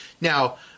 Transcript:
Now